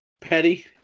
Petty